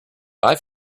bye